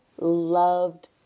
loved